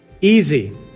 Easy